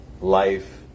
life